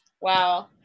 Wow